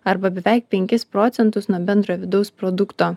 arba beveik penkis procentus nuo bendro vidaus produkto